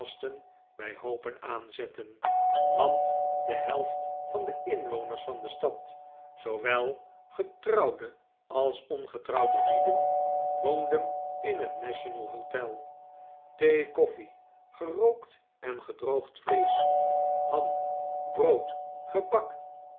bij hoopen aanzetten want de helft van de inwoners van de stad zoowel getrouwde als ongetrouwde lieden woonde in het national hotel thee koffie gerookt en gedroogd vleesch ham brood gebak